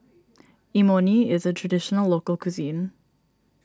Imoni is a Traditional Local Cuisine